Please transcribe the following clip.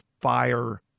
fire